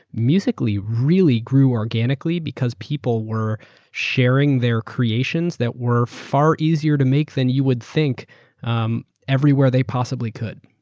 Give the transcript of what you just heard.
musical. ly really grew organically because people we're sharing their creations that were far easier to make than you would think um everywhere they possibly could.